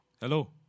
Hello